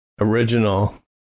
original